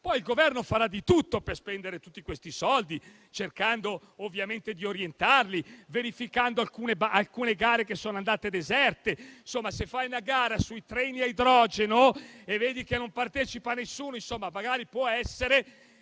Poi il Governo farà di tutto per spendere i soldi, cercando ovviamente di orientarli, verificando alcune gare andate deserte. Insomma, se fai una gara sui treni a idrogeno e vedi che non partecipa nessuno, magari può essere